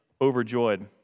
overjoyed